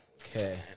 Okay